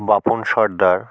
Bapan Sardar